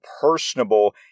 personable